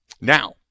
Now